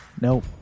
nope